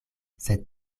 sed